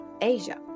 Asia